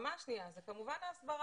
הרמה השנייה זה כמובן ההסברה.